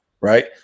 right